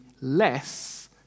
less